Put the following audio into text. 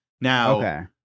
Now